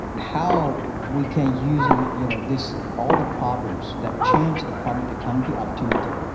how we can using you know this all the problems that change the problem to come the opportunity